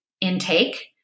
intake